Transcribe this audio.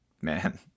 man